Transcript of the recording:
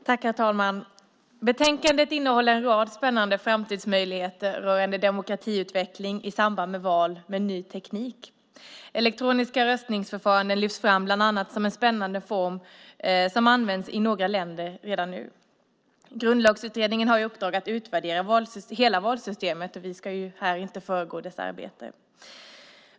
Herr talman! Betänkandet innehåller en rad spännande framtidsmöjligheter rörande demokratiutveckling i samband med val med ny teknik. Elektroniska röstningsförfaranden lyfts fram bland annat som en spännande form som används i några länder redan nu. Grundlagsutredningen har i uppdrag att utvärdera hela valsystemet, och vi ska här inte föregå dess arbete.